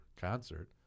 concert